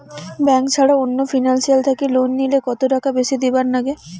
Bank ছাড়া অন্য financial থাকি লোন নিলে কতটাকা বেশি দিবার নাগে?